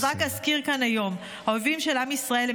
אז רק אזכיר כאן היום: האויבים של עם ישראל הם